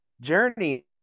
journey